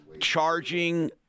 charging